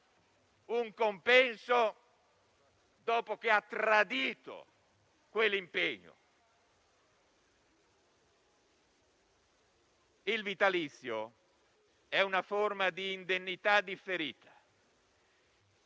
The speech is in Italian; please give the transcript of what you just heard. un compenso, dopo aver tradito quell'impegno. Il vitalizio è una forma di indennità differita,